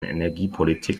energiepolitik